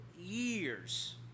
years